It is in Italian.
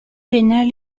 genere